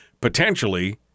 potentially